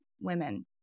women